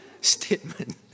statement